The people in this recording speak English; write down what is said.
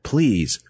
Please